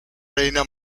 reina